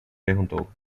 perguntou